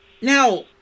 Now